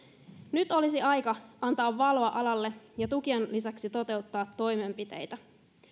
nyt olisi aika antaa valoa alalle ja tukien lisäksi toteuttaa toimenpiteitä